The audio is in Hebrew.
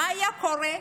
מה היה קורה?